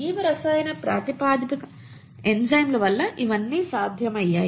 జీవరసాయన ప్రాతిపదిక ఎంజైమ్ల వల్ల ఇవన్నీ సాధ్యమయ్యాయి